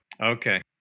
Okay